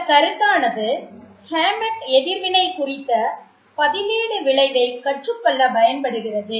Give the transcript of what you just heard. இந்த கருத்தானது ஹேமெட் எதிர்வினை குறித்த பதிலீடு விளைவை கற்றுக்கொள்ள பயன்படுகிறது